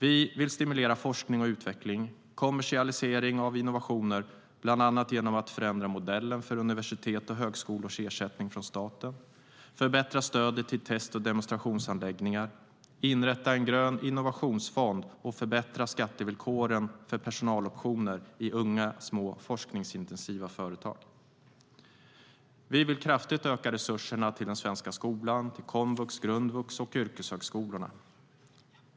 Vi vill stimulera forskning och utveckling, kommersialisering av innovationer, bland annat genom att förändra modellen för universitets och högskolors ersättning från staten, förbättra stödet till test och demonstrationsanläggningar, inrätta en grön innovationsfond och förbättra skattevillkoren för personaloptioner i unga små forskningsintensiva företag. Vi vill kraftigt öka resurserna till den svenska skolan, till komvux, till grundvux och till yrkeshögskolorna.